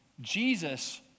Jesus